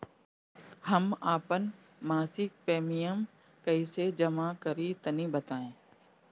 हम आपन मसिक प्रिमियम कइसे जमा करि तनि बताईं?